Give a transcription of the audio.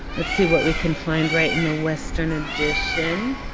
let's see what we can find right in the western addition.